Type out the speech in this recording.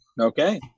Okay